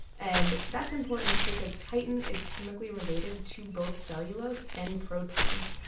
and that's important because chitin is chemically related to both cellulose and proteins.